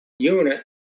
unit